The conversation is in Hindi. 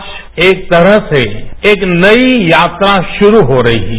आज एक तरह से एक नई यात्रा शुरू हो रही है